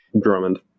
Drummond